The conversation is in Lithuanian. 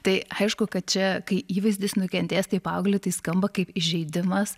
tai aišku kad čia kai įvaizdis nukentės tai paaugliui tai skamba kaip įžeidimas